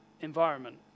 environment